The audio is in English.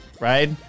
right